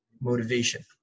motivation